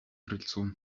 крыльцу